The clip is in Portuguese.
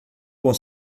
com